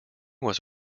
was